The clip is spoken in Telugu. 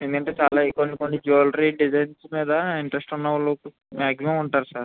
ఏంటంటే చాలా ఈ కొన్ని కొన్ని జ్యూలరీ డిజైన్స్ మీద ఇంట్రెస్ట్ ఉన్నవాళ్ళు మ్యాగ్జిమం ఉంటారు సార్